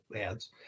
ads